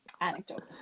anecdote